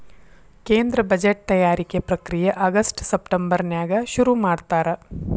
ಕೇಂದ್ರ ಬಜೆಟ್ ತಯಾರಿಕೆ ಪ್ರಕ್ರಿಯೆ ಆಗಸ್ಟ್ ಸೆಪ್ಟೆಂಬರ್ನ್ಯಾಗ ಶುರುಮಾಡ್ತಾರ